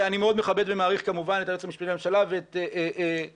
אני מאוד מכבד ומעריך כמובן את היועץ המשפטי לממשלה ואת עובדיו,